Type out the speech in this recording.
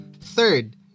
Third